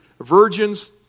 virgins